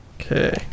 Okay